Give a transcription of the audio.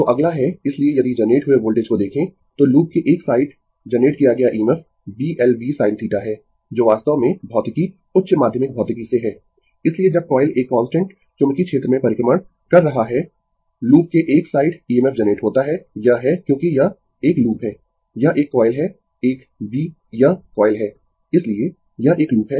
तो अगला है इसलिए यदि जनरेट हुए वोल्टेज को देखें तो लूप के एक साइड जनरेट किया गया EMF Bl v sin θ है जो वास्तव में भौतिकी उच्च माध्यमिक भौतिकी से है इसलिए जब कॉइल एक कांस्टेंट चुंबकीय क्षेत्र में परिक्रमण कर रहा है लूप के एक साइड EMF जनरेट होता है यह है क्योंकि यह एक लूप है यह एक कॉइल है एक B यह कॉइल है इसलिए यह एक लूप है